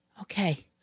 Okay